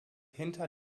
hinter